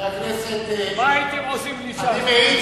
מה הייתם עושים בלי ש"ס?